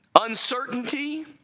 Uncertainty